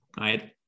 right